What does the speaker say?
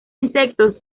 insectos